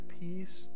peace